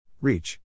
Reach